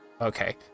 Okay